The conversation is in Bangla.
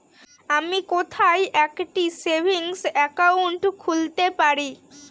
আমি কোথায় একটি সেভিংস অ্যাকাউন্ট খুলতে পারি?